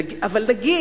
נגיד,